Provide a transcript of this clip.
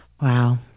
Wow